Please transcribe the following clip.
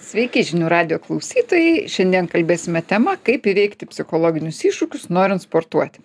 sveiki žinių radijo klausytojai šiandien kalbėsime tema kaip įveikti psichologinius iššūkius norint sportuoti